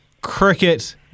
cricket